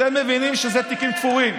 אתם מבינים שזה תיקים תפורים.